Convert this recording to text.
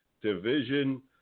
Division